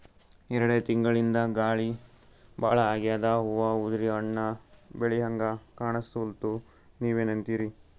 ಎರೆಡ್ ತಿಂಗಳಿಂದ ಗಾಳಿ ಭಾಳ ಆಗ್ಯಾದ, ಹೂವ ಉದ್ರಿ ಹಣ್ಣ ಬೆಳಿಹಂಗ ಕಾಣಸ್ವಲ್ತು, ನೀವೆನಂತಿರಿ?